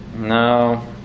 No